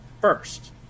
first